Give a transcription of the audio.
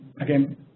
again